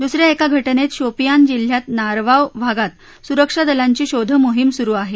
दुसऱ्या एका घटनेत शोपियान जिल्ह्यात नारवाव भागात सुरक्षा दलांची शोधमोहीम सुरू आहे